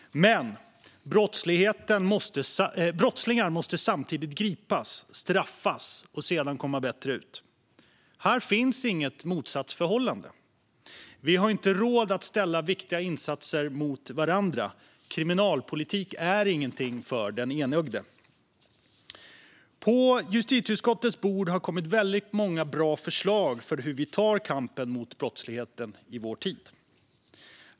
Brottslingar måste samtidigt gripas, straffas och sedan komma bättre ut. Här finns inget motsatsförhållande. Vi har inte råd att ställa viktiga insatser mot varandra. Kriminalpolitik är inte något för den enögde. På justitieutskottets bord har det kommit väldigt många bra förslag om hur vi ska ta kampen mot brottsligheten i vår tid.